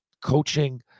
Coaching